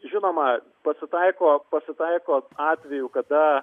žinoma pasitaiko pasitaiko atvejų kada